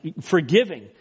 forgiving